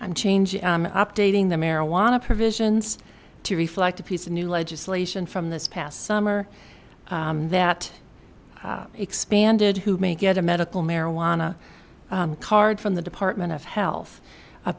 and change updating the marijuana provisions to reflect a piece of new legislation from this past summer that expanded who may get a medical marijuana card from the department of health